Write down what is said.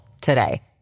today